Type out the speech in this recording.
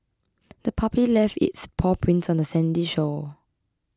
the puppy left its paw prints on the sandy shore